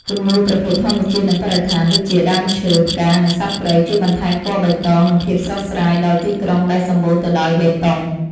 គំនូរប្រភេទ ធម្មជាតិ និងបរិស្ថាន ដូចជាដើមឈើ ផ្កា និងសត្វព្រៃ ជួយបន្ថែមពណ៌បៃតង និងភាពស្រស់ស្រាយដល់ទីក្រុងដែលសម្បូរទៅដោយបេតុង។